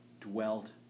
dwelt